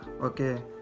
okay